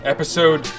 Episode